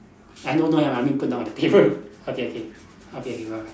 uh no don't have I mean put down the telephone okay okay okay okay bye bye